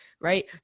right